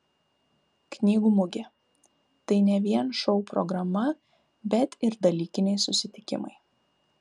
knygų mugė tai ne vien šou programa bet ir dalykiniai susitikimai